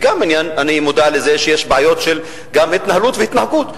ואני מודע לזה שיש גם בעיות של התנהלות ושל התנהגות,